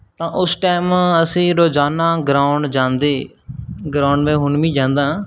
ਤਾਂ ਉਸ ਟਾਈਮ ਅਸੀਂ ਰੋਜ਼ਾਨਾ ਗਰਾਊਂਡ ਜਾਂਦੇ ਗਰਾਉਂਡ ਮੈਂ ਹੁਣ ਵੀ ਜਾਂਦਾ